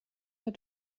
der